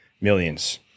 millions